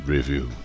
Review